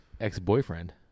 ex-boyfriend